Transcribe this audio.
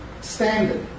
standard